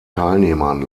teilnehmern